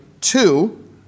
two